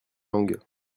langues